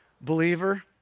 Believer